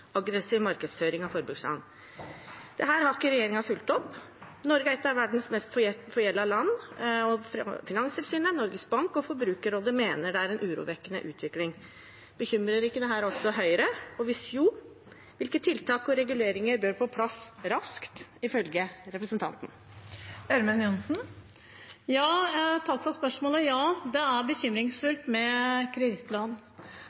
aggressiv markedsføring av forbrukslån. Dette har ikke regjeringen fulgt opp. Norge er et av verdens mest forgjeldede land, og Finanstilsynet, Norges Bank og Forbrukerrådet mener det er en urovekkende utvikling. Bekymrer ikke dette også Høyre? Hvis jo, hvilke tiltak og reguleringer bør på plass raskt, ifølge representanten? Takk for spørsmålet. Ja, det er